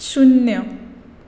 शुन्य